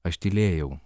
aš tylėjau